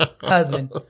husband